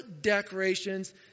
decorations